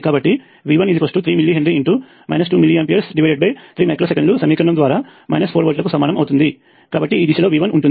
కాబట్టి ఇది V13 millihenry 2 milliamps 3 micro సెకన్లు సమీకరణము ద్వారా 4 వోల్ట్లకు సమానము అవుతుంది కాబట్టి ఈ దిశలో V1 ఉంటుంది